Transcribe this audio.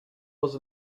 was